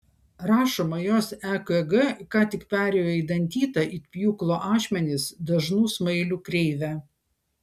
rašoma jos ekg ką tik perėjo į dantytą it pjūklo ašmenys dažnų smailių kreivę